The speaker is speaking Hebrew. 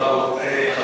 את